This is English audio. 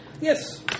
Yes